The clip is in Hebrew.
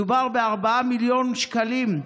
מדובר ב-4 מיליון שקלים,